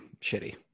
shitty